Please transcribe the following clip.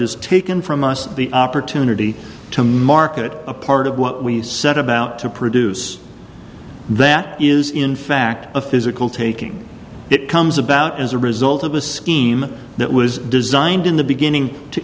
has taken from us the opportunity to market a part of what we set about to produce that is in fact a physical taking it comes about as a result of a scheme that was designed in the beginning to